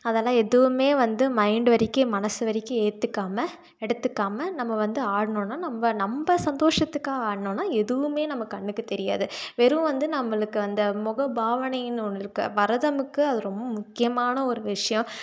அதெல்லாம் எதுவுமே வந்து மைண்ட் வரைக்கும் மனது வரைக்கும் ஏற்றுக்காமா எடுத்துக்காமல் நம்ம வந்து ஆடுனோன்னால் நம்ம நம்ம சந்தோஷத்துக்காக ஆடினோன்னா எதுவுமே நம்ம கண்ணுக்கு தெரியாது வெறும் வந்து நம்மளுக்கு அந்த முக பாவனைனு ஒன்று ஒருக்கு பரதமுக்கு அது ரொம்ப முக்கியமான ஒரு விஷயம்